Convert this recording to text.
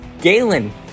Galen